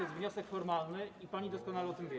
Jest wniosek formalny i pani doskonale o tym wie.